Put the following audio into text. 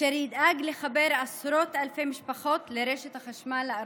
אשר ידאג לחבר עשרות אלפי משפחות לרשת החשמל הארצית.